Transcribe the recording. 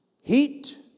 heat